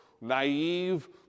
naive